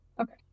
Okay